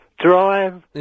Drive